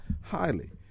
highly